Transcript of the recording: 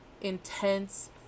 intense